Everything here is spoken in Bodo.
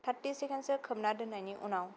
थारथि सेखेण्डसो खोबना दोननायनि उनाव